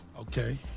Okay